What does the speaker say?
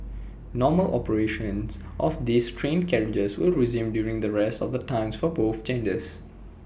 normal operations of these train carriages will resume during the rest of the times for both genders